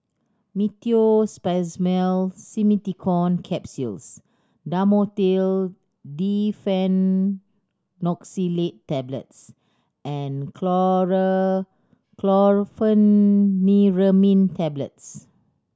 Meteospasmyl Simeticone Capsules Dhamotil Diphenoxylate Tablets and Chlorpheniramine Tablets